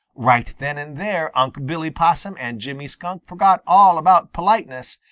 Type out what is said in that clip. right then and there unc' billy possum and jimmy skunk forgot all about politeness,